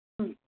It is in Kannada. ಹ್ಞೂ